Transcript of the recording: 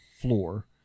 floor